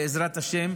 בעזרת השם,